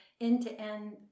end-to-end